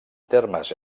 termes